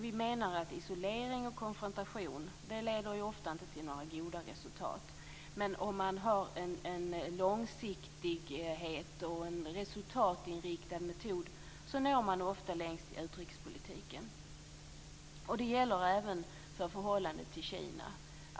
Vi menar att isolering och konfrontation ofta inte leder till några goda resultat, men om man har en långsiktighet och en resultatinriktad metod når man ofta längst i utrikespolitiken. Det gäller även för förhållandet till Kina.